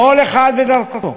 כל אחד בדרכו,